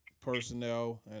personnel